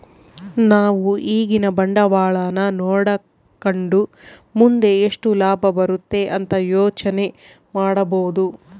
ನಾವು ಈಗಿನ ಬಂಡವಾಳನ ನೋಡಕಂಡು ಮುಂದೆ ಎಷ್ಟು ಲಾಭ ಬರುತೆ ಅಂತ ಯೋಚನೆ ಮಾಡಬೋದು